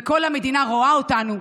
וכל המדינה רואה אותנו.